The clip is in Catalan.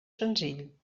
senzill